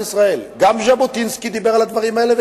ישראל גם ז'בוטינסקי דיבר על הדברים האלה,